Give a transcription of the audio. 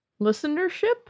listenership